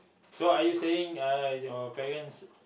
so are you saying uh your parents